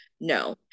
no